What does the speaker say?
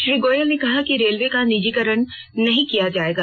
श्री गोयल ने कहा कि रेलवे का निजीकरण नहीं किया जाएगा